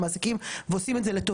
מדובר במטופלים סיעודיים,